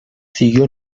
siguió